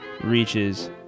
reaches